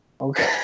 Okay